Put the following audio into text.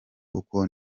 uko